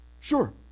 Sure